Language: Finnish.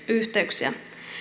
yhteyksiä